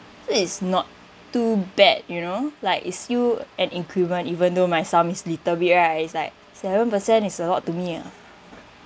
so it's not too bad you know like it's still an increment even though my sum is little bit right is like seven percent is a lot to me ah